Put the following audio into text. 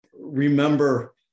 remember